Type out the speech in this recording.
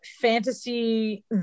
fantasy